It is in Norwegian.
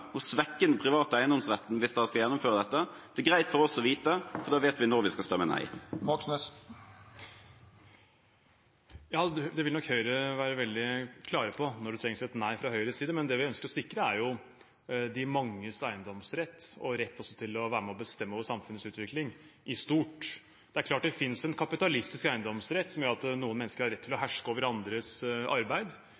og svekke den private eiendomsretten hvis de skal gjennomføre dette? Det er greit for oss å vite, for da vet vi når vi skal stemme nei. Ja, det vil nok Høyre være veldig klar på, når det trengs et nei fra Høyres side. Det vi ønsker å sikre, er de manges eiendomsrett og også rett til å være med og bestemme over samfunnets utvikling i stort. Det er klart det finnes en kapitalistisk eiendomsrett som gjør at noen mennesker har rett til å